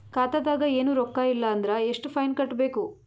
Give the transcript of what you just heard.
ಖಾತಾದಾಗ ಏನು ರೊಕ್ಕ ಇಲ್ಲ ಅಂದರ ಎಷ್ಟ ಫೈನ್ ಕಟ್ಟಬೇಕು?